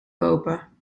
kopen